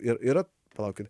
ir yra palaukit